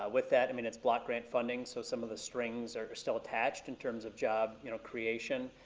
ah with that, i mean it's block grant funding, so some of the strings are still attached in terms of job you know creation,